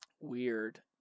weird